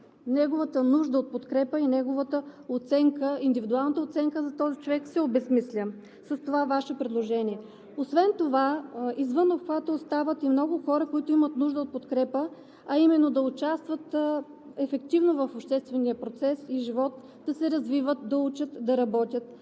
неговата нужда от подкрепа и неговата индивидуална оценка за този човек се обезсмисля с това Ваше предложение. Освен това извън обхвата остават и много хора, които имат нужда от подкрепа, а именно да участват ефективно в обществения процес и живот, да се развиват, да учат, да работят